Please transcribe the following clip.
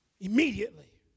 Immediately